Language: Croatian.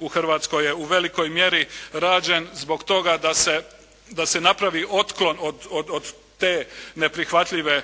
u Hrvatskoj je u velikoj mjeri rađen zbog toga da se napravi otklon od te neprihvatljive